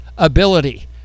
ability